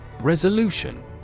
Resolution